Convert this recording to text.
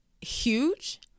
huge